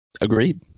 Agreed